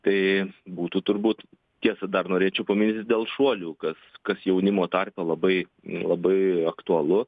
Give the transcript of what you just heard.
tai būtų turbūt tiesa dar norėčiau paminėti dėl šuolių kas kas jaunimo tarpe labai labai aktualu